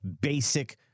basic